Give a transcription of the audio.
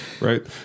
right